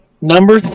Number